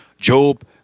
Job